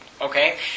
Okay